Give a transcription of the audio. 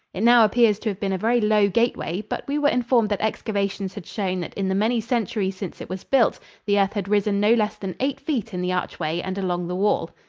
it now appears to have been a very low gateway, but we were informed that excavations had shown that in the many centuries since it was built the earth had risen no less than eight feet in the archway and along the wall.